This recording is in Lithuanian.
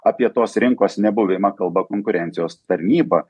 apie tos rinkos nebuvimą kalba konkurencijos tarnyba